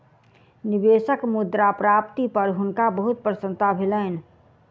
निवेशक मुद्रा प्राप्ति पर हुनका बहुत प्रसन्नता भेलैन